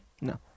no